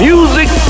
Music